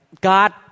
God